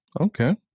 Okay